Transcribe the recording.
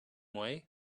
way